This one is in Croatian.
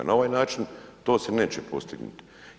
Na ovaj način to se neće postignuti.